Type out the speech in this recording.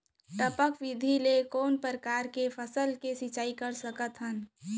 टपक विधि ले कोन परकार के फसल के सिंचाई कर सकत हन?